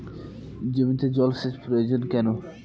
জমিতে জল সেচ প্রয়োজন কেন?